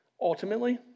Ultimately